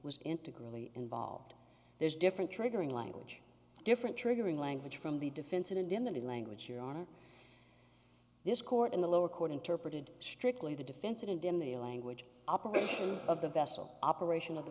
was integral ie involved there's different triggering language different triggering language from the defense and in the language your honor this court in the lower court interpreted strictly the defense and in the language operation of the vessel operation of the